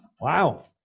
Wow